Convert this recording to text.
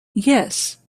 yes